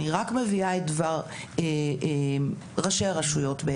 אני רק מביאה את דבר ראשי הרשויות.